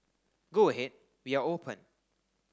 go ahead we are open